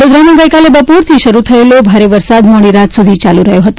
વડોદરામાં ગઈકાલે બપોરથી શરૂ થયેલો ભારે વરસાદ મોડી રાત સુધી ચાલુ રહયો હતો